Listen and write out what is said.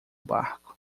barco